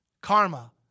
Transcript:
karma